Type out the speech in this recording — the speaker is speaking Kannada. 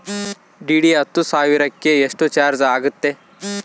ಡಿ.ಡಿ ಹತ್ತು ಸಾವಿರಕ್ಕೆ ಎಷ್ಟು ಚಾಜ್೯ ಆಗತ್ತೆ?